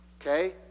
Okay